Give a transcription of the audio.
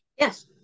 Yes